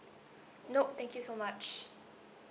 nope thank you so much